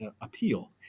appeal